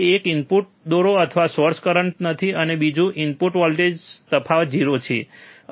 તે એક ઇનપુટ દોરો અથવા સોર્સ છે કરંટ નથી અને બીજું 2 ઇનપુટ વચ્ચે વોલ્ટેજ તફાવત 0